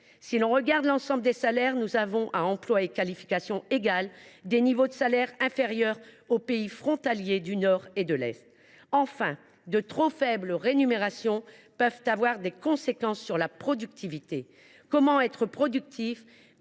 Si l’on regarde l’ensemble des salaires, nous avons, à qualifications et emplois égaux, des niveaux de salaire inférieurs aux pays frontaliers situés au nord et à l’est. Enfin, de trop faibles rémunérations peuvent avoir des conséquences sur la productivité. Comment être productif